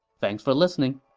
thanks for listening